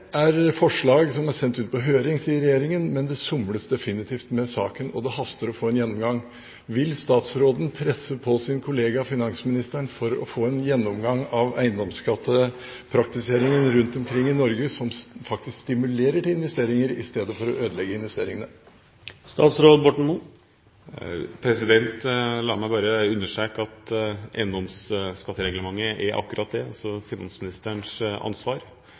somles definitivt med saken, og det haster å få en gjennomgang. Vil statsråden presse på sin kollega, finansministeren, for å få en gjennomgang av eiendomsskattepraktiseringen rundt omkring i Norge, som faktisk stimulerer til investeringer i stedet for å ødelegge investeringene? La meg bare understreke at eiendomsskattereglementet er akkurat det – finansministerens ansvar.